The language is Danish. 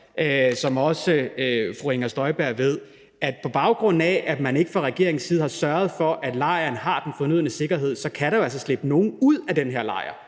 som fru Inger Støjberg også ved, at der på baggrund af, at man ikke fra regeringens side har sørget for, at lejren har den fornødne sikkerhed, så kan slippe nogen ud af den her lejr.